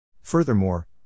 Furthermore